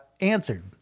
answered